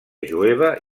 jueva